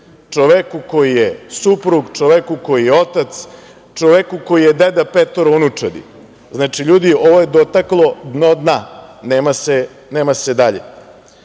čoveku koji je suprug, čoveku koji je otac, čoveku koji je deda petoro unučadi. Ljudi, ovo je dotaklo dno dna, nema se dalje. Gledam